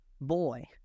boy